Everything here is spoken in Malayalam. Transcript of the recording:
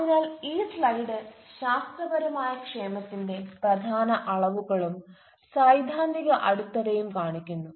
അതിനാൽ ഈ സ്ലൈഡ് ശാസ്ത്രപരമായ ക്ഷേമത്തിന്റെ പ്രധാന അളവുകളും സൈദ്ധാന്തിക അടിത്തറയും കാണിക്കുന്നു